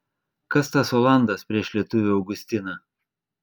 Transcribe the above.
kas tas olandas prieš lietuvį augustiną